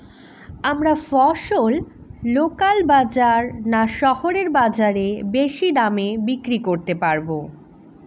আমরা ফসল লোকাল বাজার না শহরের বাজারে বেশি দামে বিক্রি করতে পারবো?